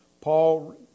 Paul